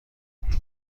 این